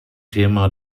thema